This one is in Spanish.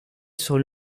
son